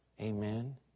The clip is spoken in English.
Amen